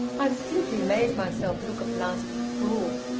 i've simply made myself look a blasted fool!